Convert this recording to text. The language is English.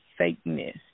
fakeness